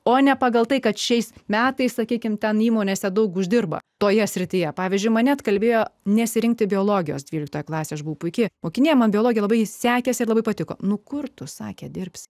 o ne pagal tai kad šiais metais sakykime ten įmonėse daug uždirba toje srityje pavyzdžiui mane atkalbėjo nesirinkti biologijos dvyliktą klasę aš buvau puiki mokinė man biologė labai sekėsi ir labai patiko nu kur tu sakė dirbsi